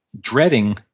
dreading